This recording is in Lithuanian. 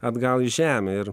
atgal į žemę ir